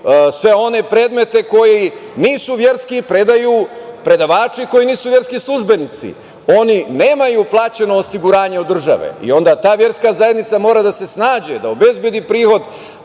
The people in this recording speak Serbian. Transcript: sve one predmete koji nisu verski i predaju predavači koji nisu verski službenici. Oni nemaju plaćeno osiguranje od države i onda ta verska zajednica mora da se snađe da obezbedi prihod,